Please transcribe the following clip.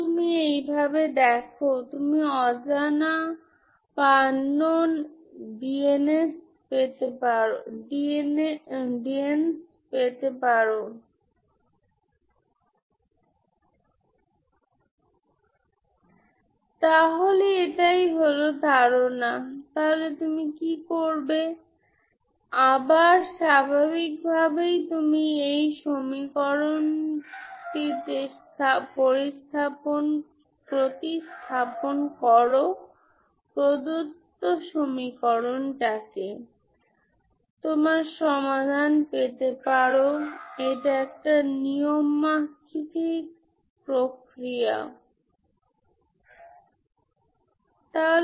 সুতরাং আমরা যা দেখেছি তা হল একটি নিয়মিত স্টর্ম লিওভিল সিস্টেম আপনাকেও এক ধরণের ফোরিয়ার সিরিজ দেয় এবং এই পিরিওডিক স্টর্ম লিওভিলে সিস্টেমটি আসলে সিরিজটি দিচ্ছে ফোরিয়ার সিরিজ যা আপনি আপনার ইঞ্জিনিয়ারিং এ পড়াশোনা করেছেন